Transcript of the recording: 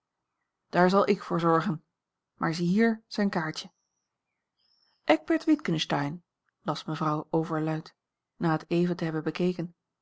daar zal ik voor zorgen maar zie hier zijn kaartje eckbert witgensteyn las mevrouw overluid na het even te hebben bekeken